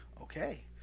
Okay